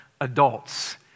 adults